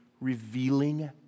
revealing